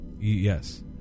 Yes